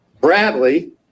Bradley